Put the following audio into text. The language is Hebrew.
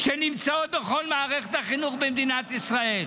שנמצאות בכל מערכת החינוך במדינת ישראל.